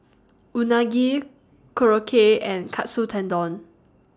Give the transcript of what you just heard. Unagi Korokke and Katsu Tendon